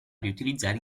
riutilizzare